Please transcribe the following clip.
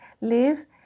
live